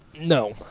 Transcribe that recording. No